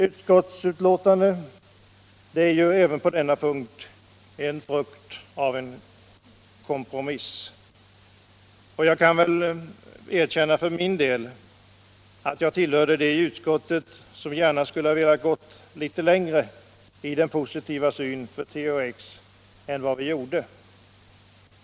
Utskottets betänkande är även på denna punkt frukten av en kompromiss, och jag kan väl för min del erkänna att jag tillhörde dem i utskottet som gärna skulle ha velat gå litet längre än vad utskottet gjorde i den positiva synen på THX.